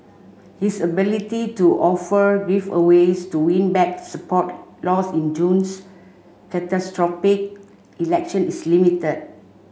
his ability to offer giveaways to win back support lost in June's catastrophic election is limited